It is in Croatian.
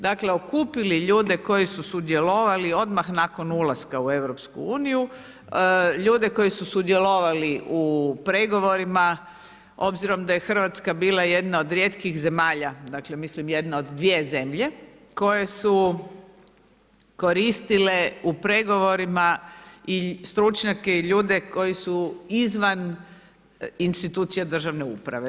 Dakle, okupili ljude koji su sudjelovali odmah nakon ulaska u Europsku uniju, ljude koji su sudjelovali u pregovorima obzirom da je Hrvatska bila jedna od rijetkih zemalja, dakle mislim jedna od dvije zemlje koje su koristile u pregovorima i stručnjake i ljude koji su izvan institucija državne uprave.